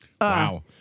Wow